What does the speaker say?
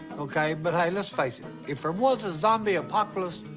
okay? but, hey, let's face it. if there was a zombie apocalys,